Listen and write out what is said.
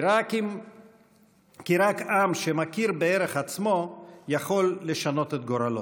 כי רק עם שמכיר בערך עצמו יכול לשנות את גורלו.